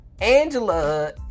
Angela